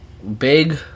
Big